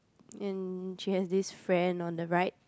and she has this friend on the right